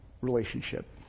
relationship